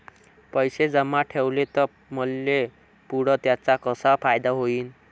पैसे जमा ठेवले त मले पुढं त्याचा कसा फायदा होईन?